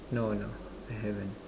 no no I haven't